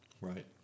Right